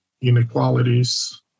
Inequalities